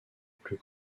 plus